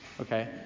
okay